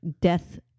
death